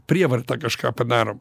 prievarta kažką padarom